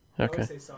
Okay